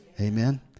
Amen